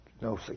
No